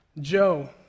Joe